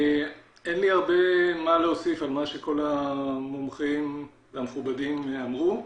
אין לי הרבה מה להוסיף על מה שכל המומחים המכובדים אמרו.